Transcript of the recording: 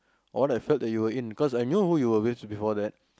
all effort that you were in cause I knew who you were with before that